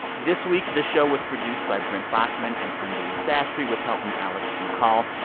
this week, the show was produced by brent baughman and anjuli sastry, with help from alex mccall.